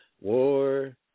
war